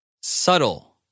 subtle